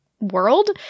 world